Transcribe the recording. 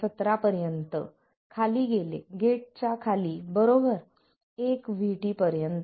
17 पर्यंत खाली गेले गेटच्या खाली बरोबर एक VT पर्यंत